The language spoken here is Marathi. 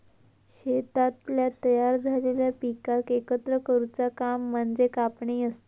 शेतातल्या तयार झालेल्या पिकाक एकत्र करुचा काम म्हणजे कापणी असता